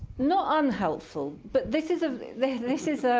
not unhelpful. but this is ah this is ah